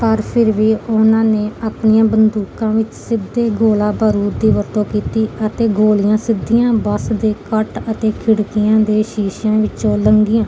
ਪਰ ਫਿਰ ਵੀ ਉਹਨਾਂ ਨੇ ਆਪਣੀਆਂ ਬੰਦੂਕਾਂ ਵਿੱਚ ਸਿੱਧੇ ਗੋਲਾ ਬਰੂਦ ਦੀ ਵਰਤੋਂ ਕੀਤੀ ਅਤੇ ਗੋਲੀਆਂ ਸਿੱਧੀਆਂ ਬੱਸ ਦੇ ਕੱਟ ਅਤੇ ਖਿੜਕੀਆਂ ਦੇ ਸ਼ੀਸ਼ਿਆਂ ਵਿੱਚੋਂ ਲੰਘੀਆਂ